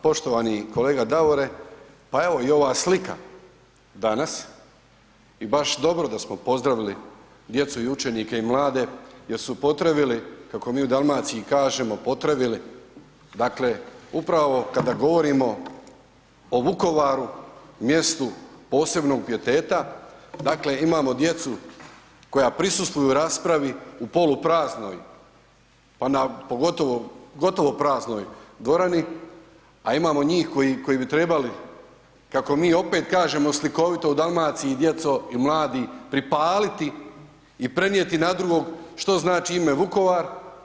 Pa poštovani kolega Davore, pa evo i ova slika danas i baš dobro da smo pozdravili djecu i učenike i mlade jer su potrevili, kako mi u Dalmaciji kažemo potrevili, dakle upravo kada govorimo o Vukovaru, mjestu posebnog pijeteta, dakle imamo djecu koja prisustvuju raspravi u polupraznoj, pa na pogotovo, gotovo praznoj dvorani, a imamo njih koji bi trebali, kako mi opet kažemo slikovito u Dalmaciji, djeco i mladi, pripaliti i prenijeti na drugog što znači ime Vukovar.